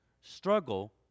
struggle